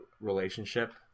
relationship